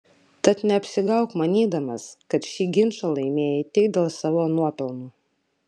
tad neapsigauk manydamas kad šį ginčą laimėjai tik dėl savo nuopelnų